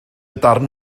darn